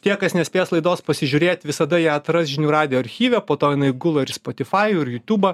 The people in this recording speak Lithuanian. tie kas nespės laidos pasižiūrėt visada ją atras žinių radijo archyve po to jinai gula ir į spotifajų ir į jutubą